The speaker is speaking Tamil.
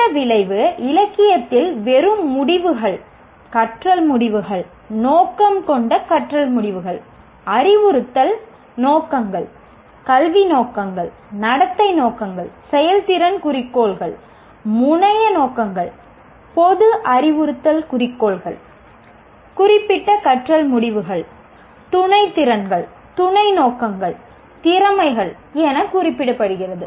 இந்த விளைவு இலக்கியத்தில் வெறும் முடிவுகள் கற்றல் முடிவுகள் நோக்கம் கொண்ட கற்றல் முடிவுகள் அறிவுறுத்தல் நோக்கங்கள் கல்வி நோக்கங்கள் நடத்தை நோக்கங்கள் செயல்திறன் குறிக்கோள்கள் முனைய நோக்கங்கள் பொது அறிவுறுத்தல் குறிக்கோள்கள் குறிப்பிட்ட கற்றல் முடிவுகள் துணை திறன்கள் துணை நோக்கங்கள் திறமைகள் என குறிப்பிடப்படுகிறது